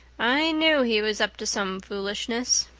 i knew he was up to some foolishness.